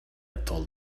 told